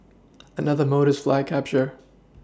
another mode is flag capture